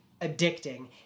addicting